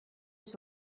eus